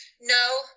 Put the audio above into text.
No